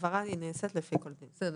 בסדר,